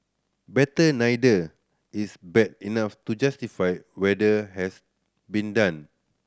better neither is bad enough to justify whether has been done